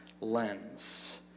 lens